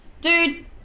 dude